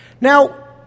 Now